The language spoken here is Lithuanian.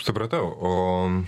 supratau o